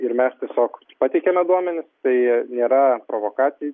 ir mes tiesiog pateikiame duomenis tai nėra provokacijai